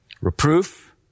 reproof